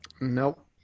Nope